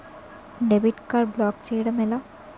Debit card block చేయటం ఎలా?